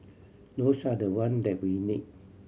those are the one that we need